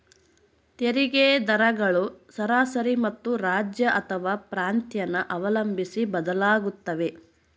ತೆರಿಗೆ ದರಗಳು ಸರಾಸರಿ ಮತ್ತು ರಾಜ್ಯ ಅಥವಾ ಪ್ರಾಂತ್ಯನ ಅವಲಂಬಿಸಿ ಬದಲಾಗುತ್ತವೆ